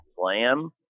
Slam